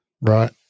Right